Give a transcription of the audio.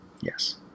yes